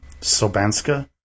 Sobanska